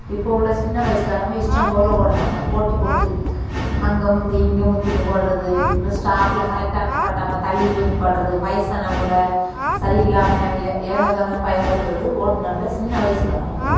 இப்போது உள்ள சின்னவயசுகாரவங்க இஷ்டம்போல் ஓட்டுறாங்க போட்டிப்போட்டு அங்கே முந்தி இங்கே முந்தினு ஓட்டுறது இப்போ ஸ்டாப்பில் கரெக்டாக நிப்பாட்டமால் தள்ளிப்போய் நிற்பாட்றது வயசானவங்கள சரி இல்லாமல் ஏனோ தானோன்னு பயன்படுத்துறது ஓட்டுநரில் சின்ன வயசுக்காரவங்க